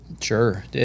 Sure